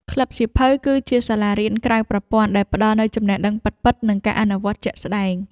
ក្លឹបសៀវភៅគឺជា សាលារៀនក្រៅប្រព័ន្ធ ដែលផ្ដល់នូវចំណេះដឹងពិតៗ និងការអនុវត្តជាក់ស្ដែង។